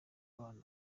abana